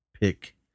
pick